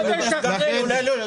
--- חודש אחרי הזמן,